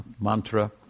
mantra